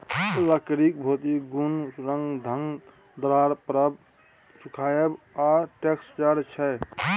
लकड़ीक भौतिक गुण रंग, गंध, दरार परब, सुखाएब आ टैक्सचर छै